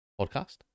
podcast